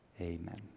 Amen